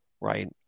right